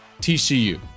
TCU